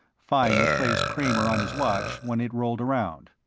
fine replaced kramer on his watch when it rolled around.